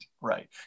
right